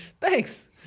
Thanks